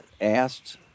asked